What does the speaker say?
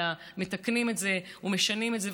אלא מתקנים את זה ומשנים את זה.